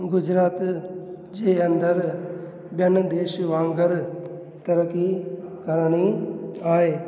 गुजरात जे अंदरु ॿियनि देश वांगरु तरक़ी करणी आहे